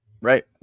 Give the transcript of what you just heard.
right